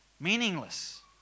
meaningless